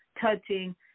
touching